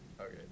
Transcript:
Okay